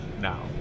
now